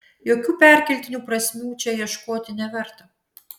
jokių perkeltinių prasmių čia ieškoti neverta